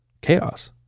chaos